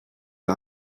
the